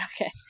Okay